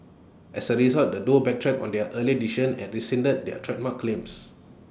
as A result the duo backtracked on their earlier decision and rescinded their trademark claims